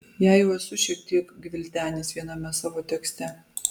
ją jau esu šiek tiek gvildenęs viename savo tekste